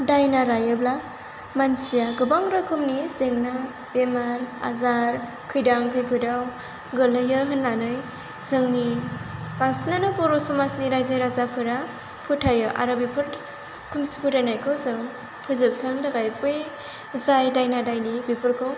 दायना रायोब्ला मानसिया गोबां रोखोमनि जेंना बेमार आजार खैदां खैफोदाव गोग्लैयो होननानै जोंनि बांसिनानो बर' समाजनि रायजो राजाफोरा फोथायो आरो बेफोर खोमसि फोथायनायखौ जों फोजोबस्रांनो थाखाय बै जाय दायना दायनि बेफोरखौ